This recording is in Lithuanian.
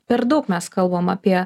per daug mes kalbam apie